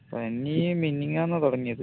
പനി മിനിഞ്ഞാന്ന് ആണ് തുടങ്ങിയത്